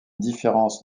différence